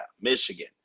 Michigan